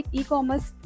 e-commerce